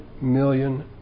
million